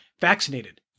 vaccinated